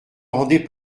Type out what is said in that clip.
rendez